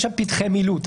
יש שם פתחי מילוט.